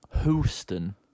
Houston